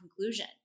conclusion